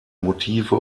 motive